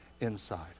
inside